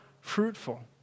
fruitful